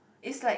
it's like